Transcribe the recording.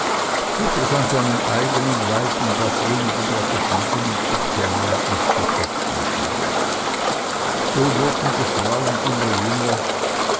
welches an seinem eigenen leiden dasjenige der geschiedenen zu kennen und zu schätzen schien doch wurden die frauen immer jünger